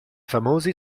famosi